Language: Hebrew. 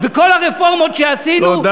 וכל הרפורמות שעשינו.